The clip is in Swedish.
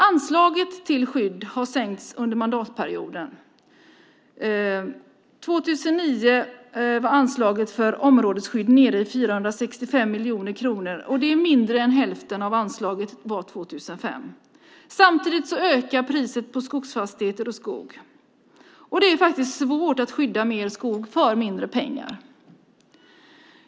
Anslaget till skydd har sänkts under mandatperioden. År 2009 var anslaget för områdesskydd nere i 465 miljoner kronor. Det är mindre än hälften av anslaget för 2005. Samtidigt ökade priset på skogsfastigheter och skog. Det är faktiskt svårt att skydda mer skog för mindre pengar.